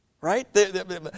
Right